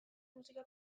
musika